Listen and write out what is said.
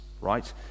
right